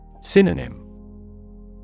Synonym